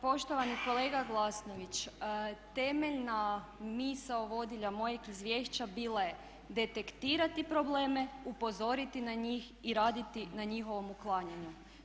Poštovani kolega Glasnović, temeljna misao vodilja mojeg izvješća bila je detektirati probleme, upozoriti na njih i raditi na njihovom uklanjanju.